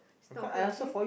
it's not fair okay